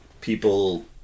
people